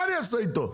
מה אני אעשה איתו?